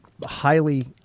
highly